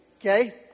okay